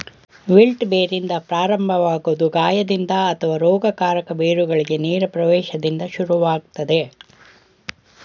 wilt ಬೇರಿಂದ ಪ್ರಾರಂಭವಾಗೊದು ಗಾಯದಿಂದ ಅಥವಾ ರೋಗಕಾರಕ ಬೇರುಗಳಿಗೆ ನೇರ ಪ್ರವೇಶ್ದಿಂದ ಶುರುವಾಗ್ತದೆ